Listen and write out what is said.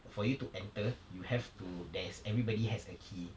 for you to enter you have to there's everybody has a key